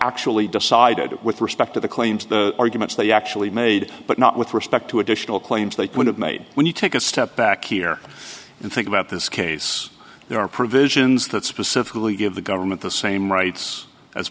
actually decided with respect to the claims of the arguments they actually made but not with respect to additional claims they would have made when you take a step back here and think about this case there are provisions that specifically give the government the same rights as